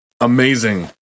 Amazing